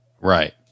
Right